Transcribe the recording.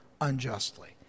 unjustly